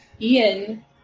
Ian